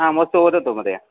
हा वदतु वदतु महोदय